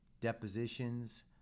depositions